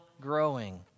growing